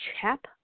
chap